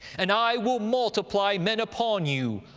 and i will multiply men upon you,